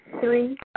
Three